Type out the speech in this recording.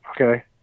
Okay